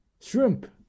Shrimp